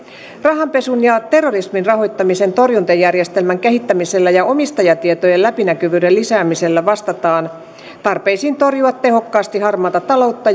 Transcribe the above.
rahanpesun ja terrorismin rahoittamisen torjuntajärjestelmän kehittämisellä ja omistajatietojen läpinäkyvyyden lisäämisellä vastataan tarpeisiin torjua tehokkaasti harmaata taloutta